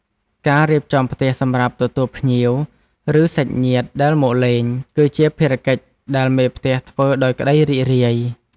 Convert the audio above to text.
ការរៀបចំផ្ទះសម្រាប់ទទួលភ្ញៀវ ឬសាច់ញាតិដែលមកលេង គឺជាភារកិច្ចដែលមេផ្ទះធ្វើដោយក្តីរីករាយ។